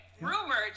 Rumored